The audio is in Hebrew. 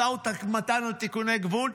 משא ומתן על תיקוני גבול.